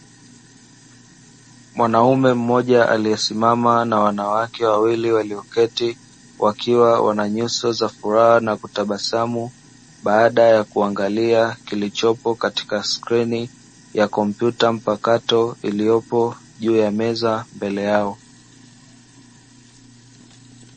Mwanaume mmoja aliyesimama na wanawake wawili walioketi, wakiwa wana nyuso za furaha na kutabasamu baada ya kuangalia kilichopo katika skirini ya kompyuta mpakato iliyopo juu ya meza mbele yao.